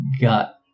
got